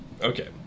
Okay